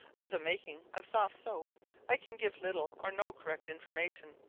of the making of soft soap i can give little or no correct information,